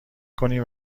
کنین